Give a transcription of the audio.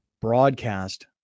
broadcast